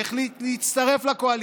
שהחליט להצטרף לקואליציה,